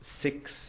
six